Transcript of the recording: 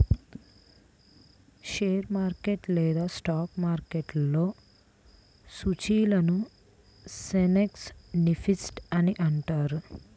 share market లేదా stock మార్కెట్లో సూచీలను సెన్సెక్స్, నిఫ్టీ అని అంటారు